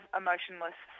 emotionless